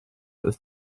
ist